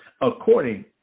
according